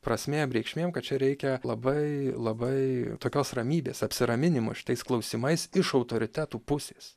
prasmėm reikšmėm kad čia reikia labai labai tokios ramybės apsiraminimo šitais klausimais iš autoritetų pusės